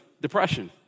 depression